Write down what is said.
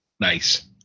nice